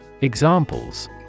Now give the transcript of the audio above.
Examples